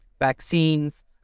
vaccines